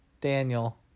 Daniel